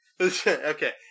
Okay